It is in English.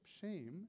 Shame